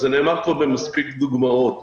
זה נאמר כבר במספיק דוגמאות.